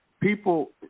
People